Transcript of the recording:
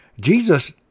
Jesus